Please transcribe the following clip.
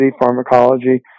pharmacology